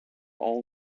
all